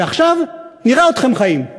ועכשיו נראה אתכם חיים.